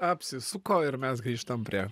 apsisuko ir mes grįžtam prie